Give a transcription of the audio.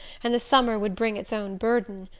and the summer would bring its own burden.